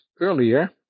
Earlier